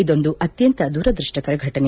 ಇದೊಂದು ಅತ್ಯಂತ ದುರದೃಷ್ಷಕರ ಘಟನೆ